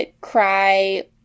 cry